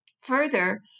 Further